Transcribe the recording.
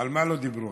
על מה לא דיברו?